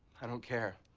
i don't care.